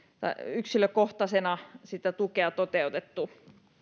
yksilökohtaisena on toteutettu